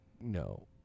No